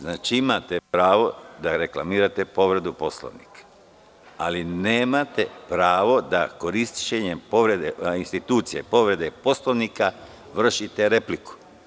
Znači, imate pravo da reklamirate povredu Poslovnika, ali nemate pravo da korišćenjem povrede institucije, povrede Poslovnika vršite repliku.